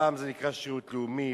פעם זה נקרא שירות לאומי,